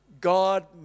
God